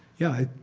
yeah,